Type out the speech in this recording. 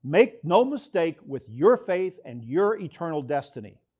make no mistake with your faith and your eternal destiny.